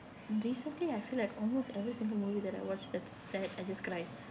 recently I feel like almost every single movie that I watch that's sad I just cry